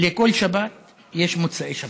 לכול שבת יש מוצאי שבת,